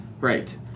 right